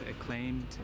acclaimed